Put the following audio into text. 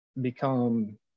become